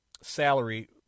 salary